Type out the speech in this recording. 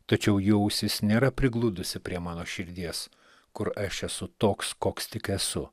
tačiau jų ausis nėra prigludusi prie mano širdies kur aš esu toks koks tik esu